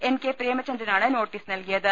N K പ്രേമചന്ദ്രനാണ് notice നൽകിയത്